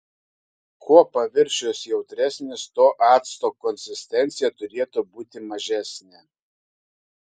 kuo paviršius jautresnis tuo acto konsistencija turėtų būti mažesnė